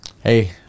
Hey